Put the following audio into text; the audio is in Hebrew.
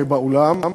באולם,